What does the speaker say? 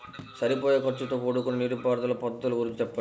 సరిపోయే ఖర్చుతో కూడుకున్న నీటిపారుదల పద్ధతుల గురించి చెప్పండి?